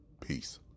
Peace